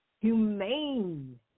humane